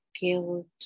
guilt